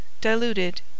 diluted